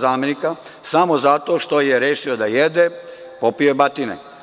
zamenika, samo zato što je rešio da jede popio je batine.